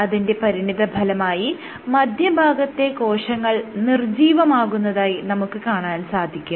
അതിന്റെ പരിണിതഫലമായി മധ്യഭാഗത്തെ കോശങ്ങൾ നിർജ്ജീവമാകുന്നതായി നമുക്ക് കാണാൻ സാധിക്കും